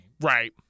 Right